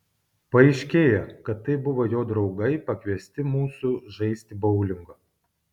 paaiškėjo kad tai buvo jo draugai pakviesti mūsų žaisti boulingo